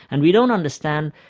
and we don't understand,